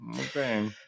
Okay